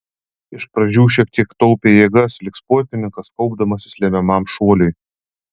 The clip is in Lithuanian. iš pradžių šiek tiek taupė jėgas lyg sportininkas kaupdamasis lemiamam šuoliui